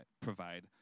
provide